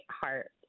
heart